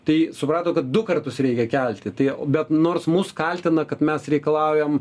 tai suprato kad du kartus reikia kelti tai bet nors mus kaltina kad mes reikalaujam